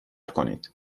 کنید